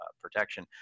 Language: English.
protection